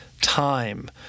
time